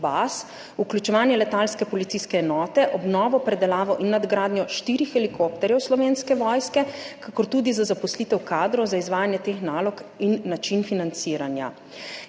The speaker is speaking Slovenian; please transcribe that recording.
vključevanje letalske policijske enote, obnovo, predelavo in nadgradnjo štirih helikopterjev Slovenske vojske, kakor tudi zaposlitev kadrov za izvajanje teh nalog in način financiranja.